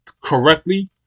correctly